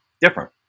different